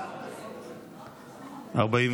לא נתקבלה.